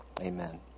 Amen